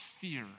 fear